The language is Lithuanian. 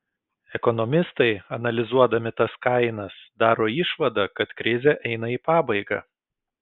ekonomistai analizuodami tas kainas daro išvadą kad krizė eina į pabaigą